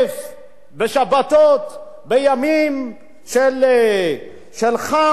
בשבתות, בימים של חום וקור,